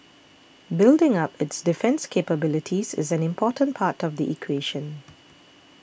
building up its defence capabilities is an important part of the equation